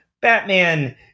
Batman